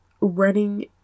running